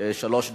שלוש דקות,